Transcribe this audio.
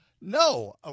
No